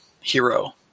hero